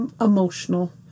emotional